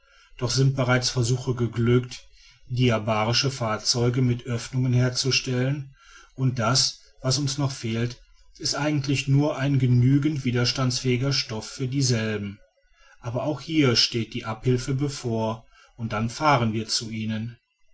doch sind bereits versuche geglückt diabarische fahrzeuge mit öffnungen herzustellen und das was uns noch fehlt ist eigentlich nur ein genügend widerstandsfähiger stoff für dieselben aber auch hier steht die abhilfe bevor und dann fahren wir zu ihnen